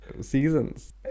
seasons